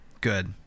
good